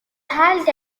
held